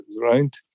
right